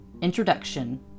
Introduction